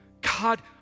god